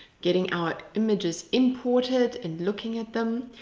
getting our images imported, and looking at them.